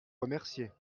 remercier